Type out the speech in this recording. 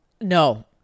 No